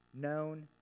known